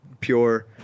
pure